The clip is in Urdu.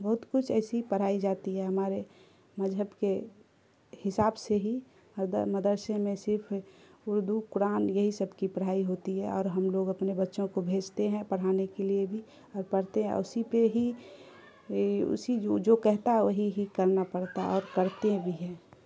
بہت کچھ ایسی پڑھائی جاتی ہے ہمارے مذہب کے حساب سے ہی مدرسے میں صرف اردو قرآن یہی سب کی پڑھائی ہوتی ہے اور ہم لوگ اپنے بچوں کو بھیجتے ہیں پڑھانے کے لیے بھی اور پڑھتے ہیں اسی پہ ہی اسی جو کہتا ہے وہی ہی کرنا پڑتا اور کرتے بھی ہے